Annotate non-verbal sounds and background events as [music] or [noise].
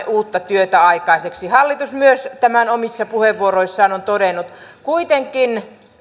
[unintelligible] uutta työtä aikaiseksi myös hallitus on tämän omissa puheenvuoroissaan todennut kuitenkin